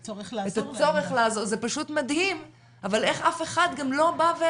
זה פשוט מדהים גם איך אף אחד לא בא.